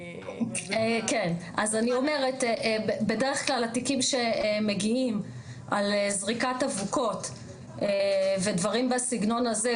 בדרך כלל התיקים שמגיעים על זריקת אבוקות ודברים בסגנון הזה,